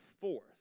fourth